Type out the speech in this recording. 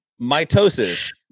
mitosis